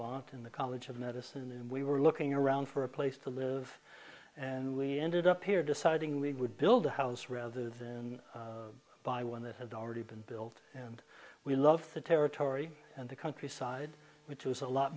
in the college of medicine and we were looking around for a place to live and we ended up here deciding lead would build a house rather than buy one that had already been built and we love the territory and the countryside which was a lot